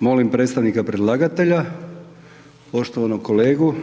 Molim predstavnika predlagatelja poštovanog kolegu